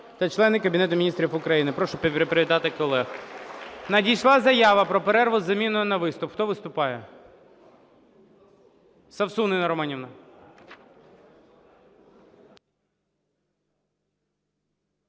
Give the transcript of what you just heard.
та члени Кабінету Міністрів України. Прошу привітати колег. (Оплески) Надійшла заява про перерву з заміною на виступ. Хто виступає? Совсун Інна Романівна.